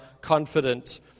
confident